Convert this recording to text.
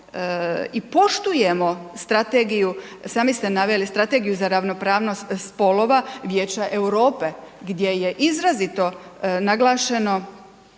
i poštujemo strategiju, sami ste naveli Strategiju za ravnopravnost spolova Vijeća Europe gdje je izrazito naglašeno